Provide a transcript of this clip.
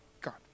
god